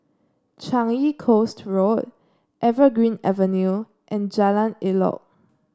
Changi Coast Road Evergreen Avenue and Jalan Elok